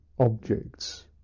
Objects